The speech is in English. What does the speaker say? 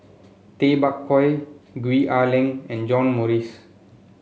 Tay Bak Koi Gwee Ah Leng and John Morrice